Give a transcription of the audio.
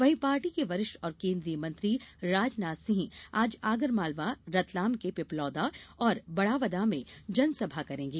वहीं पार्टी के वरिष्ठ और केन्द्रीय मंत्री राजनाथ सिंह आज आगरमालवा रतलाम के पिपलौदा और बड़ावदा में जनसभा करेंगे